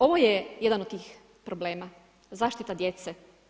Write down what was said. Ovo je jedan od tih problema, zaštita djece.